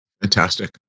Fantastic